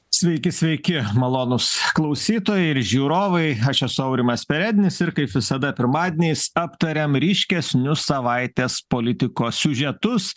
sveiki sveiki malonūs klausytojai ir žiūrovai aš esu aurimas perednis ir kaip visada pirmadieniais aptariam ryškesnius savaitės politikos siužetus